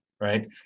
right